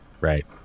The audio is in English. Right